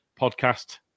podcast